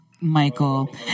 Michael